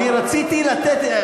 אני רציתי לתת,